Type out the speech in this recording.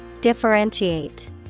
Differentiate